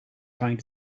trying